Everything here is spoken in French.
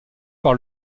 par